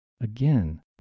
Again